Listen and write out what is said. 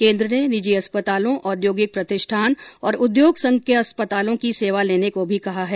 केन्द्र ने निजी अस्पतालों औद्योगिक प्रतिष्ठान और उद्योग संघ के अस्तालों की सेवा लेने को भी कहा है